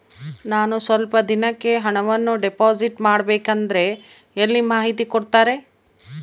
ನಾನು ಸ್ವಲ್ಪ ದಿನಕ್ಕೆ ಹಣವನ್ನು ಡಿಪಾಸಿಟ್ ಮಾಡಬೇಕಂದ್ರೆ ಎಲ್ಲಿ ಮಾಹಿತಿ ಕೊಡ್ತಾರೆ?